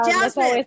Jasmine